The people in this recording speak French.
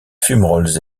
fumerolles